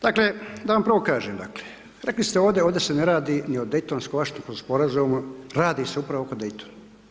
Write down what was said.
Dakle, da vam prvo kažem dakle, rekli ste ovdje, ovdje se ne radi ni o Daytonsko ... sporazumu, radi se upravo oko Daytona.